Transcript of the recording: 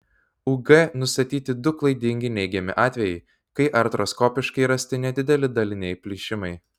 ug nustatyti du klaidingai neigiami atvejai kai artroskopiškai rasti nedideli daliniai plyšimai